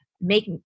make